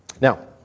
Now